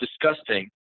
disgusting